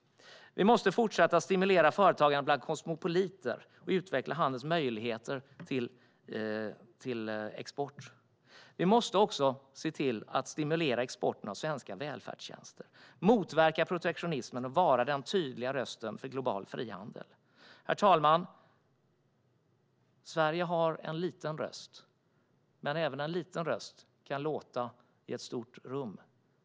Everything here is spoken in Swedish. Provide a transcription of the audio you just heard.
Vi måste fortsätta stimulera företagande bland kosmopoliter och utveckla handelns möjligheter till export. Vi måste också se till att stimulera exporten av svenska välfärdstjänster. Vi måste motverka protektionismen och vara en tydlig röst för global frihandel. Herr talman! Sverige har en liten röst, men även en liten röst kan låta i ett stort rum.